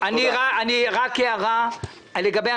וכשאתם אומרים לי שאני צריך להתעלם מחקלאים בגלל